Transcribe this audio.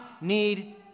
need